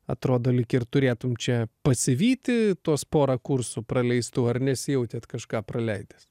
atrodo lyg ir turėtum čia pasivyti tuos porą kursų praleistų ar nesijautėt kažką praleidęs